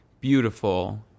beautiful